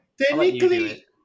Technically